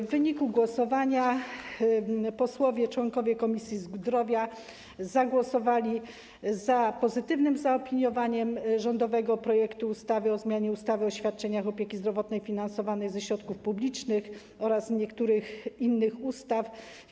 W wyniku głosowania posłowie, członkowie Komisji Zdrowia zagłosowali za pozytywnym zaopiniowaniem rządowego projektu ustawy o zmianie ustawy o świadczeniach opieki zdrowotnej finansowanych ze środków publicznych oraz niektórych innych ustaw.